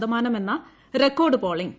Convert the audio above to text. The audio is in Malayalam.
ശതമാനമെന്ന റെക്കോർഡ് പോളിംഗ്